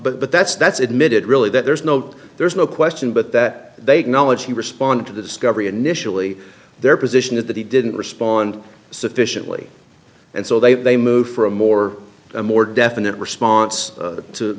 so but that's that's admitted really that there's no there's no question but that they acknowledge he responded to the discovery initially their position is that he didn't respond sufficiently and so they moved for a more a more definite response to